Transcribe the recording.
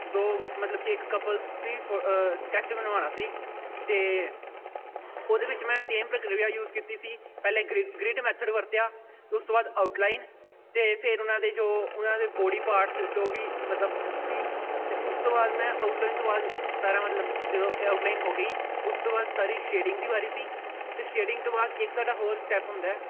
ਦੋ ਮ ਮਤਲਬ ਕਿ ਇੱਕ ਕਪਲਸ ਦੀ ਫੋ ਸਕੈਚ ਬਣਵਾਉਣਾ ਸੀ ਅਤੇ ਉਹਦੇ ਵਿੱਚ ਮੈਂ ਸੇਮ ਪ੍ਰਕਿਰਿਆ ਯੂਜ ਕੀਤੀ ਸੀ ਪਹਿਲੇ ਗ੍ਰੀ ਗ੍ਰਿਡ ਮੈਥਡ ਵਰਤਿਆ ਉਸ ਤੋਂ ਬਾਅਦ ਆਊਟਲਾਈਨ ਅਤੇ ਫਿਰ ਉਹਨਾਂ ਦੇ ਜੋ ਉਹਨਾਂ ਦੇ ਬੋਡੀ ਪਾਰਟਸ ਜੋ ਵੀ ਮਤਲਬ ਸੀ ਅਤੇ ਉਸ ਤੋਂ ਬਾਅਦ ਮੈਂ ਆਊਟਲਾਈਨ ਤੋਂ ਬਾਅਦ ਸਾਰਾ ਮਤਲਬ ਜਦੋਂ ਇਹ ਆਊਟਲਾਈਨ ਹੋ ਗਈ ਉਸ ਤੋਂ ਬਾਅਦ ਸਾਰੀ ਸ਼ੇਡਿੰਗ ਦੀ ਵਾਰੀ ਸੀ ਅਤੇ ਸ਼ੇਡਿੰਗ ਤੋਂ ਬਾਅਦ ਇੱਕ ਸਾਡਾ ਹੋਰ ਸਟੈਪ ਹੁੰਦਾ